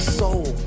soul